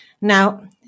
Now